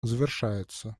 завершается